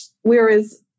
whereas